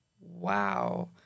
wow